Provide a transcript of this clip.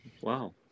Wow